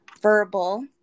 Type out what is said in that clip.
verbal